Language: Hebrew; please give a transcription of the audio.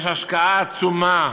יש השקעה עצומה